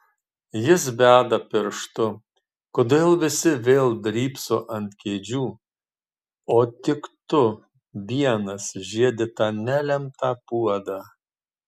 jis beda pirštu kodėl visi vėl drybso ant kėdžių o tik tu vienas žiedi tą nelemtą puodą